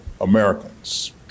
Americans